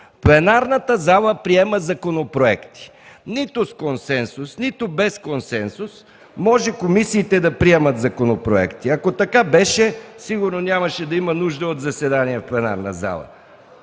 пленарната зала приема законопроекти. Нито с консенсус, нито без консенсус комисиите може да приемат законопроекти. Ако беше така, сигурно нямаше да има нужда от заседания в пленарната зала.